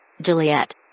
Juliet